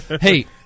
Hey